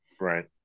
Right